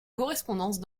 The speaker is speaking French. correspondance